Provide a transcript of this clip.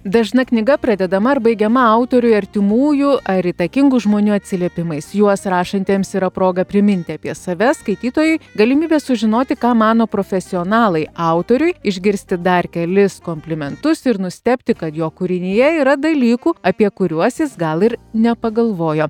dažna knyga pradedama ar baigiama autoriui artimųjų ar įtakingų žmonių atsiliepimais juos rašantiems yra proga priminti apie save skaitytojui galimybę sužinoti ką mano profesionalai autoriui išgirsti dar kelis komplimentus ir nustebti kad jo kūrinyje yra dalykų apie kuriuos jis gal ir nepagalvojo